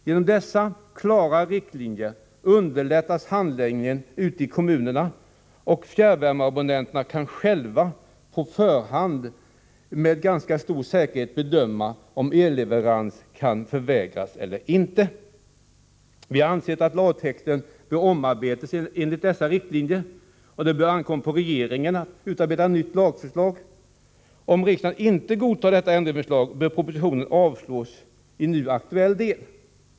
Genom dessa klara riktlinjer underlättas handläggningen ute i kommunerna, och fjärrvärmeabonnenterna kan själva på förhand med ganska stor säkerhet bedöma om elleverans kan förvägras eller inte. Vi har ansett att lagtexten bör omarbetas enligt dessa riktlinjer. Det bör ankomma på regeringen att utarbeta ett nytt lagförslag. Om riksdagen inte godtar detta ändringsförslag bör propositionen avslås i nu aktuell del.